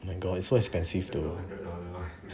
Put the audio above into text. oh my god it's so expensive though